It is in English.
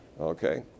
Okay